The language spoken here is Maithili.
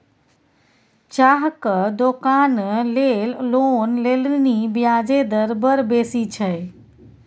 चाहक दोकान लेल लोन लेलनि ब्याजे दर बड़ बेसी छै